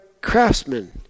craftsmen